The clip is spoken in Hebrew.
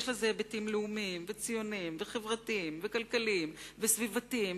יש לזה היבטים לאומיים וציוניים וחברתיים וכלכליים וסביבתיים,